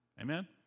Amen